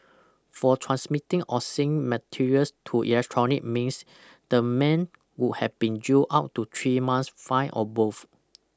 for transmitting obscene material through electronic means the man would have been jailed up to three months fined or both